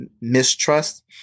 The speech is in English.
mistrust